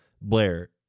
Blair